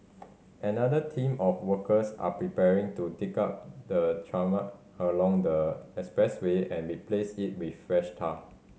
another team of workers are preparing to dig up the tarmac along the expressway and replace it with fresh tar